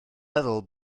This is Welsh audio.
meddwl